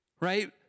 Right